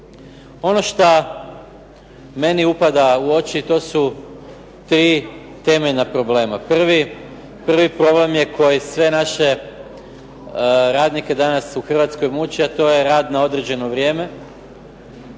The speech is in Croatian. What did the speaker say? Ono što meni upada u oči to su tri temeljna problema. Prvi problem je koji sve naše radnike danas u Hrvatskoj muče, a to je rad na određeno vrijeme.